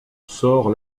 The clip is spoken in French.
sort